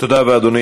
תודה רבה, אדוני.